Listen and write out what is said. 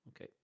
Okay